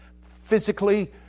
physically